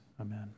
amen